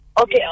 Okay